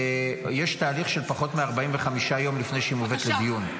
יש תהליך של פחות מ-45 יום לפני שהיא מובאת לדיון.